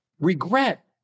regret